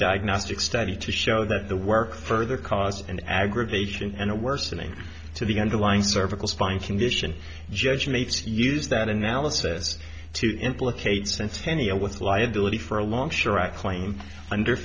diagnostic study to show that the work further caused an aggravation and a worsening to the underlying cervical spine condition judge makes use that analysis to implicate since tenia with liability for a long